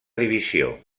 divisió